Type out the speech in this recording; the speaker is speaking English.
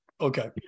Okay